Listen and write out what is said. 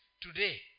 today